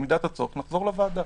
ובמידת הצורך נחזור לוועדה.